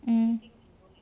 mm